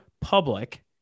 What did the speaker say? public